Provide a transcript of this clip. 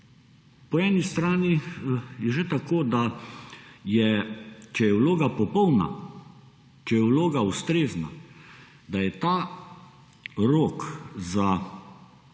Po eni strani je že tako, da je, če je vloga popolna, če je vloga ustrezna, da je ta rok za izdajo